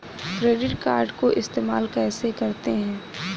Credit card को इस्तेमाल कैसे करते हैं?